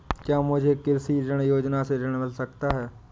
क्या मुझे कृषि ऋण योजना से ऋण मिल सकता है?